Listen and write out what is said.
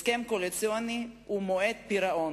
הסכם קואליציוני הוא מועד פירעון,